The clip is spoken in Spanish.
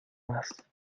más